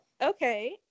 Okay